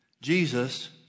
Jesus